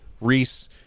Reese